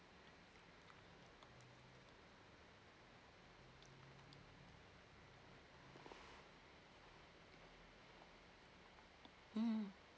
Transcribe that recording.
mm